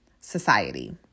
society